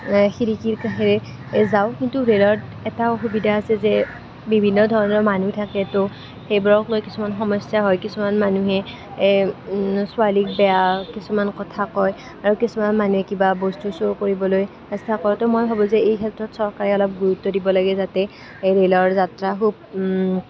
খিৰিকীৰ কাষেৰে যাওঁ কিন্তু ৰেলত এটা অসুবিধা আছে যে বিভিন্ন ধৰণৰ মানুহ থাকে তো সেইবোৰক লৈ কিছুমান সমস্যা হয় কিছুমান মানুহে এ ছোৱালীক বেয়া কিছুমান কথা কয় আৰু কিছুমান মানুহে কিবা বস্তু চোৰ কৰিবলৈ চেষ্টা কৰে তো মই ভাবোঁ যে এইক্ষেত্ৰত চৰকাৰে অলপ গুৰুত্ব দিব লাগে যাতে ৰেলৰ যাত্ৰা সুখ